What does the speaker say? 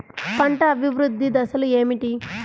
పంట అభివృద్ధి దశలు ఏమిటి?